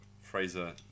Fraser